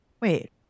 Wait